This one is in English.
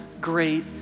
great